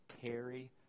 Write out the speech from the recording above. carry